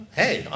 hey